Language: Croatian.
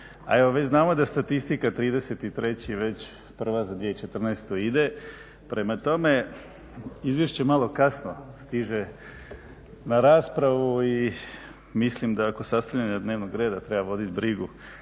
a evo već znamo da statistika 33. već prva za 2014. ide. Prema tome, izvješće malo kasno stiže na raspravu i mislim da kod sastavljanja dnevnog reda treba voditi brigu.